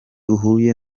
uhuye